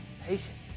patient